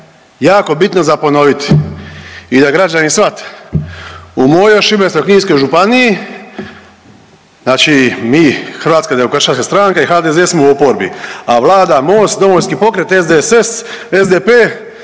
jako bitno za ponoviti i da građani shvate, u mojoj Šibensko-kninskoj županiji znači mi Hrvatska demokršćanska stranka i HDZ smo u oporbi, a vlada Most, Domovinski pokret, SDSS, SDP